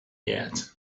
yet